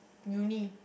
uni